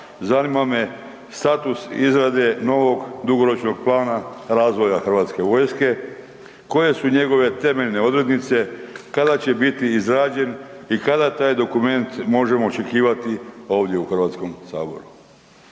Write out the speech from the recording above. zanima me status izrade novog dugoročnog plana razvoja hrvatske vojske? Koje su njegove temeljne odrednice? Kada će biti izrađen i kada taj dokument možemo očekivati ovdje u Hrvatskom saboru?